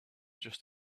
just